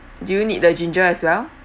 do you need the ginger as well